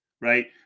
right